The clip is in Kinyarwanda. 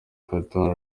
qatar